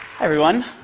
everyone.